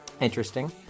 Interesting